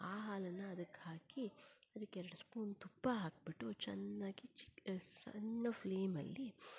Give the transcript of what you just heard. ಆ ಹಾಲನ್ನು ಅದಕ್ಕೆ ಹಾಕಿ ಅದಕ್ಕೆ ಎರಡು ಸ್ಪೂನ್ ತುಪ್ಪ ಹಾಕಿಬಿಟ್ಟು ಚೆನ್ನಾಗಿ ಸಣ್ಣ ಫ್ಲೇಮಲ್ಲಿ